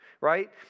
right